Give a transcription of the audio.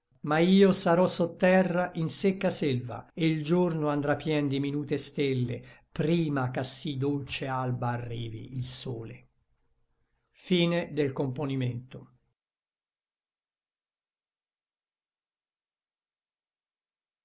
ma io sarò sotterra in secca selva e l giorno andrà pien di minute stelle prima ch'a sí dolce alba arrivi il sole nel